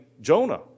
Jonah